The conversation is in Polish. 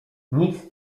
nic